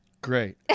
Great